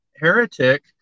heretic